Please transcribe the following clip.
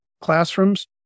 classrooms